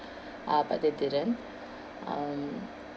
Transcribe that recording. uh but they didn't um